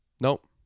Nope